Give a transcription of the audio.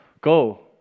Go